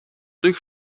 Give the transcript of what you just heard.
durch